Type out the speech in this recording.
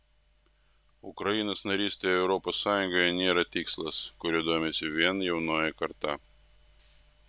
ukrainos narystė europos sąjungoje nėra tikslas kuriuo domisi vien jaunoji karta